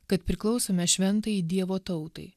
kad priklausome šventajai dievo tautai